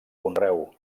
conreu